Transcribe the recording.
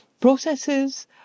processes